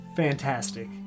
fantastic